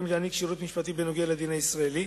להעניק שירות משפטי בנוגע לדין הישראלי,